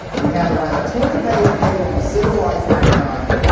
we had to write a twenty page paper on a civil-rights icon,